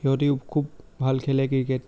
সিহঁতিও খুব ভাল খেলে ক্ৰিকেট